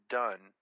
done